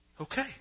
Okay